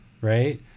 right